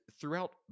throughout